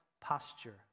posture